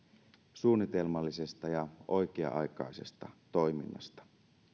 suunnitelmallisesta ja oikea aikaisesta toiminnasta